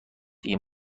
این